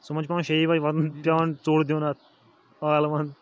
صُبحَن چھِ پٮ۪وان شیٚیی بَجہِ وَتھُن پٮ۪وان دیُن اَتھ ٲلوَن